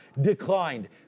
declined